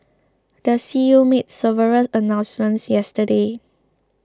the C E O made several announcements yesterday